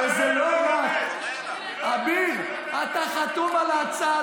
שזה לא רק, אביר, אתה חתום על ההצעה.